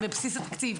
הם בבסיס התקציב,